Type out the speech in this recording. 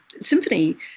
symphony